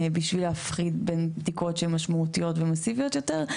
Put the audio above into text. בשביל להפריד בין בדיקות משמעותיות ומסיביות יותר,